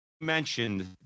mentioned